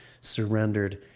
surrendered